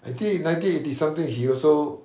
I think nineteen eighty something he also